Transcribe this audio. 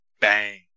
bang